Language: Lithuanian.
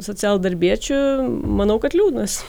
socialdarbiečių manau kad liūdnas